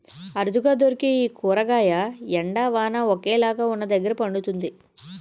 అరుదుగా దొరికే ఈ కూరగాయ ఎండ, వాన ఒకేలాగా వున్నదగ్గర పండుతుంది